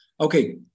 Okay